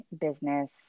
business